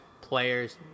players